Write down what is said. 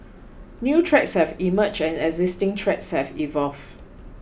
new threats have emerged and existing threats have evolved